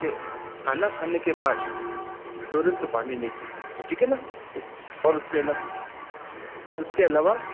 के खाना खाने के बाद तुरंत पानी नहीं पीना आपको ठीक है ना और उसके अला और उसके अलावा